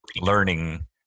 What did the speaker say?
learning